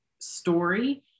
story